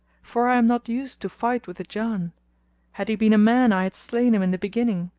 for i am not used to fight with the jann had he been a man i had slain him in the beginning.